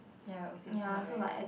ya not very